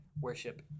worship